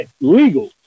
legal